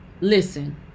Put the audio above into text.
listen